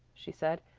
she said.